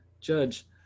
judge